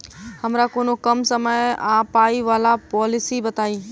हमरा कोनो कम समय आ पाई वला पोलिसी बताई?